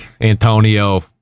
Antonio